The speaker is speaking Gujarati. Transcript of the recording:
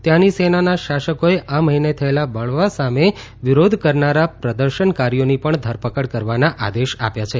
ત્યાંની સેનાના શાસકોએ આ મહિને થયેલા બળવા સામે વિરોધ કરનારા પ્રદર્શનકારીઓની પણ ધરપકડ કરવાના આદેશ આપ્યા છે